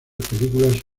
películas